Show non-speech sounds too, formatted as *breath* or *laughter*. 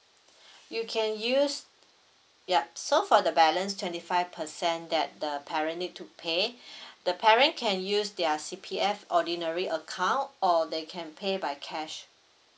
you can use ya so for the balance twenty five percent that the parent need to pay *breath* the parent can use their C_P_F ordinary account or they can pay by cash